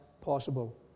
possible